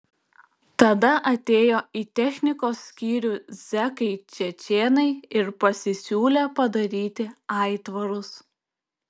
tada atėjo į technikos skyrių zekai čečėnai ir pasisiūlė padaryti aitvarus